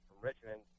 Richmond